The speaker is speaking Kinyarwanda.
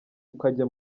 ukajya